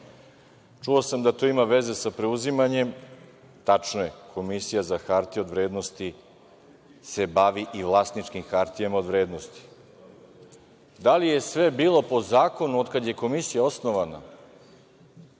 Čuo sam da to ima veze sa preuzimanjem. Tačno je, Komisija za hartije od vrednosti se bavi i vlasničkim hartijama od vrednosti. Da li je sve bilo po zakonu od kada je Komisija osnovana?